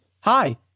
hi